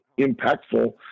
impactful